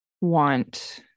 want